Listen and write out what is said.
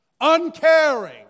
uncaring